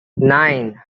nine